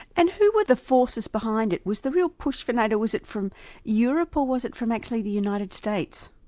and who were the forces behind it? was the real push for nato, was it from europe or was it from actually the united states?